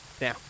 now